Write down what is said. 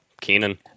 Keenan